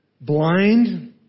blind